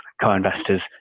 co-investors